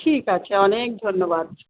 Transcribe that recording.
ঠিক আছে অনেক ধন্যবাদ